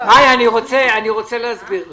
מאי, אני רוצה להסביר לך.